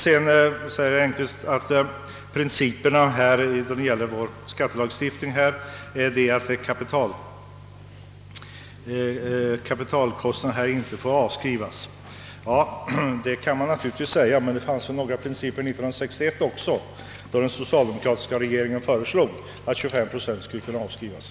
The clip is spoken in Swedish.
Sedan säger herr Engkvist att principerna då det gäller vår skattelagstiftning är att kapitalavbetalning inte får avskrivas. Det kan man naturligtvis säga, men det fanns väl vissa principer också 1961, då den socialdemokratiska regeringen föreslog att 23 procent skulle kunna avskrivas.